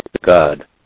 God